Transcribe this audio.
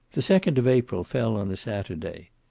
the second of april fell on a saturday.